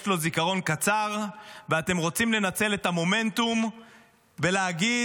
זיכרון קצר ואתם רוצים לנצל את המומנטום ולהגיד: